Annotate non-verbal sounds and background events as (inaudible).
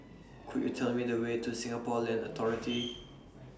Could YOU Tell Me The Way to Singapore Land Authority (noise)